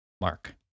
Mark